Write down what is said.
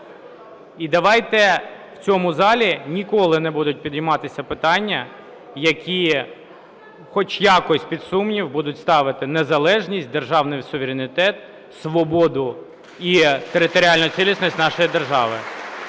І давайте в цьому залі ніколи не будуть підніматися питання, які хоч якось під сумнів будуть ставити незалежність, державний суверенітет, свободу і територіальну цілісність нашої держави.